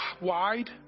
wide